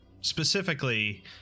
Specifically